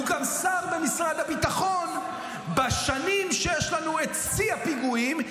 הוא גם שר במשרד הביטחון בשנים שיש לנו את שיא הפיגועים,